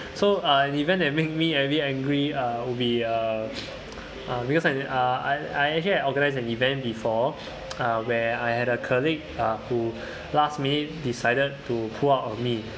so uh an event that makes me very angry uh would be uh uh because I uh I I atually I organise an event before uh where I had a colleague uh who last minute decided to pull out on me